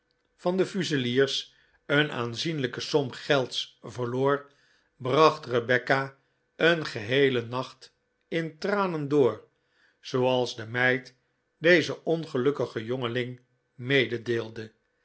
van de fuseliers een aanzienlijke som gelds verloor bracht rebecca een geheelen nacht in tranen door zooals de meid dezen ongelukkigen jongeling